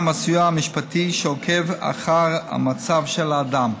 הסיוע המשפטי שעוקב אחר המצב של האדם.